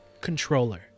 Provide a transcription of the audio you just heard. controller